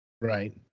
Right